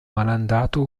malandato